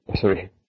sorry